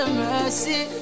mercy